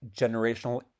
generational